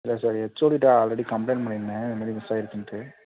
இல்லை சார் ஹெச்ஓடிகிட்ட already complaint பண்ணிருந்தேன் இது மாரி மிஸ் ஆகிடுச்சின்ட்டு